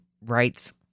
rights